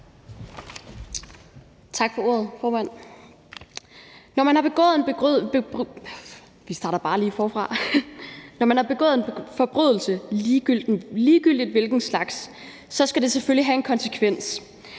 Når man har begået en forbrydelse, ligegyldigt hvilken slags, skal det selvfølgelig have en konsekvens.